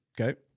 Okay